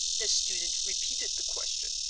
the student repeated the question,